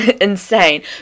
insane